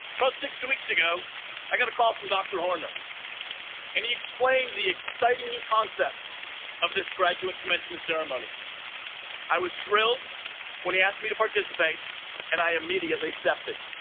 about six weeks ago i got a call from dr. horner and he explained the exciting new concept of this graduate commencement ceremony i was thrilled when he asked me to participate and i immediately accepted